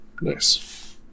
Nice